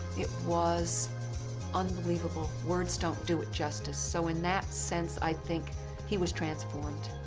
it was unbelievable. words don't do it justice. so in that sense, i think he was transformed.